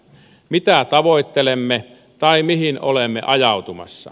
mitä tavoittelemme tai mihin olemme ajautumassa